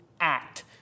act